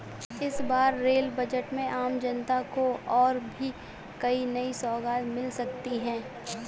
इस बार rail budget में आम जनता को और भी कई नई सौगात मिल सकती हैं